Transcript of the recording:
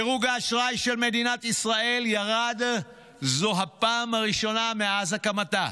דירוג האשראי של מדינת ישראל ירד זו הפעם הראשונה מאז הקמתה.